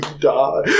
die